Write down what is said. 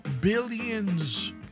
billions